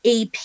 AP